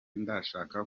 ndashaka